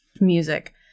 music